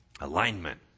Alignment